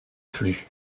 plus